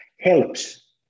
Helps